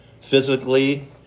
physically